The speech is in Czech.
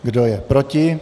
Kdo je proti?